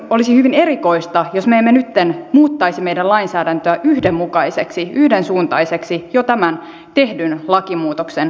olisi hyvin erikoista jos me emme nytten muuttaisi meidän lainsäädäntöämme yhdenmukaiseksi yhdensuuntaiseksi jo tämän tehdyn lakimuutoksen kanssa